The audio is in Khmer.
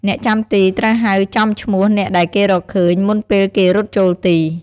អ្នកចាំទីត្រូវហៅចំឈ្មោះអ្នកដែលគេរកឃើញ មុនពេលគេរត់ចូលទី។